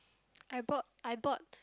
I bought I bought